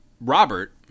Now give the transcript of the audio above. Robert